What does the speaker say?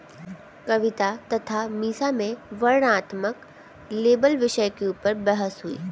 कविता तथा मीसा में वर्णनात्मक लेबल विषय के ऊपर बहस हुई